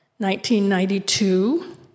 1992